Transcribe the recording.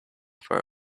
for